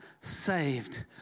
saved